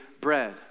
bread